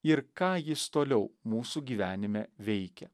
ir ką jis toliau mūsų gyvenime veikia